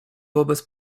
wobec